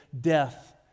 death